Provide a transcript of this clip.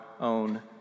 own